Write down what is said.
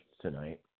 tonight